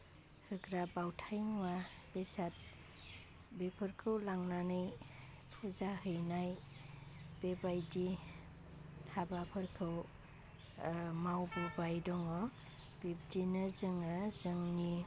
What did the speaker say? होग्रा बावथाइ मुवा बेसाद बेफोरखौ लांनानै पुजा हैनाय बे बायदि हाबाफोरखौ मावबोबाय दङ बिब्दिनो जोङो जोंनि